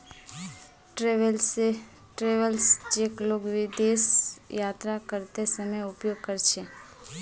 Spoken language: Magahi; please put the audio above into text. ट्रैवेलर्स चेक लोग विदेश यात्रा करते समय उपयोग कर छे